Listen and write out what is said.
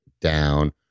down